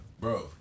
bro